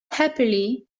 happily